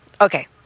Okay